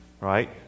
right